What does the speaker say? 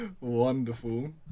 Wonderful